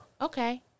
Okay